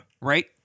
Right